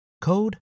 code